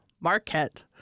Marquette